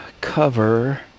cover